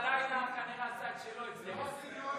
הלילה כנראה עשה את שלו אצלם,